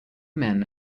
men